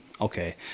okay